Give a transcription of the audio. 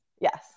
Yes